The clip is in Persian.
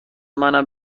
منم